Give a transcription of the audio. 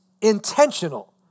intentional